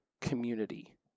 community